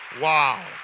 Wow